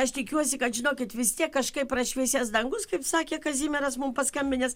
aš tikiuosi kad žinokit vis tiek kažkaip prašviesės dangus kaip sakė kazimieras mum paskambinęs